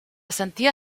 sentia